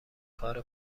کار